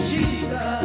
Jesus